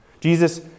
jesus